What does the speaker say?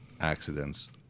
accidents